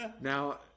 Now